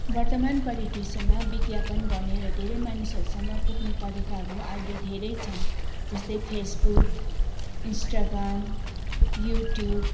वर्तमान परिदृष्यमा विज्ञापन गर्ने धेरै मानिसहरूसँग पुग्ने तरिकाहरू आइले धेरै छन् जस्तै फेसबुक इन्टाग्राम युट्युब